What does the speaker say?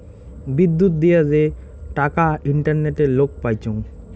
বিদ্যুত দিয়া যে টাকা ইন্টারনেটে লোক পাইচুঙ